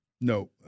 No